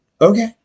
okay